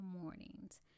mornings